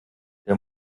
der